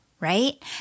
right